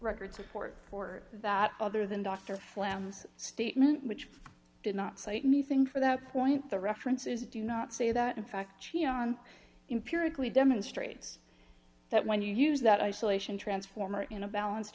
record support for that other than dr flams statement which did not cite anything for that point the references do not say that in fact she on impurity demonstrates that when you use that isolation transformer in a balance